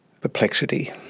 perplexity